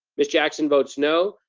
miss jackson votes no.